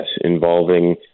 involving